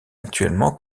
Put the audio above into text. actuellement